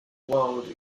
world